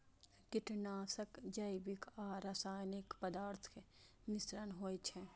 कीटनाशक जैविक आ रासायनिक पदार्थक मिश्रण होइ छै